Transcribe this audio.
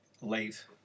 late